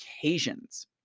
occasions